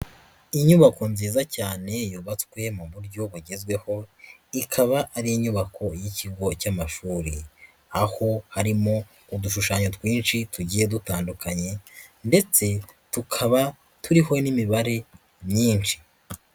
Inyubako nziza cyane yubatswe mu buryo bugezweho, ikaba ari inyubako y'ikigo cy'amashuri. Aho harimo udushushanyo twinshi tugiye dutandukanye ndetse tukaba turiho n'imibare myinshi.